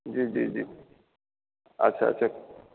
जी जी जी अच्छा अच्छा